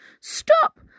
Stop